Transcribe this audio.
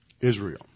Israel